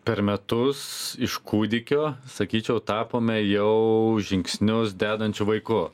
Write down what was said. per metus iš kūdikio sakyčiau tapome jau žingsnius dedančiu vaiku